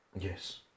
Yes